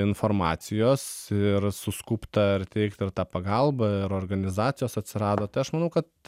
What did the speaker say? informacijos ir suskubta ir teikt ir tą pagalbą ir organizacijos atsirado tai aš manau kad